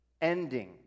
ending